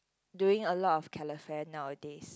doing a lot of calefare nowadays